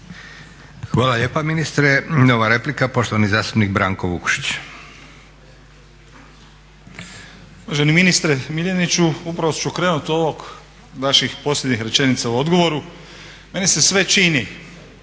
Hvala lijepa ministre. Nova replika poštovani zastupnik Branko Vukšić.